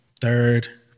Third